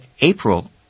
April